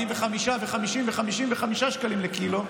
45 ו-50 ו-55 שקלים לקילו,